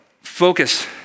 focus